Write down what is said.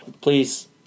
Please